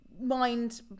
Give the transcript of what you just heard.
mind